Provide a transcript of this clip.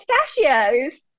Pistachios